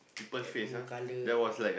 had to color